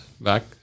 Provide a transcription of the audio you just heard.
back